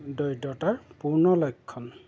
দৰিদ্ৰতাৰ পূৰ্ণ লক্ষণ